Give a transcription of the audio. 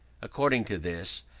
according to this,